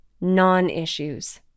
non-issues